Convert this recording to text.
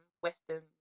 Western